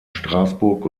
straßburg